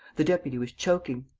the deputy was choking.